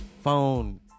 phone